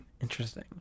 Interesting